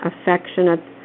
affectionate